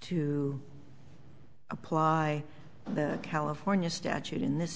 to apply the california statute in this